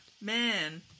man